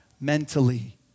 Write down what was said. mentally